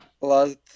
last